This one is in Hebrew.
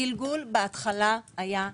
הגלגול בהתחלה היה איטי.